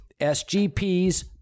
SGPs